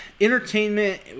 entertainment